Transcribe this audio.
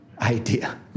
idea